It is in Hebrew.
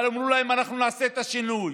ואמרו להם: אנחנו נעשה את השינוי.